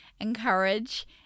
encourage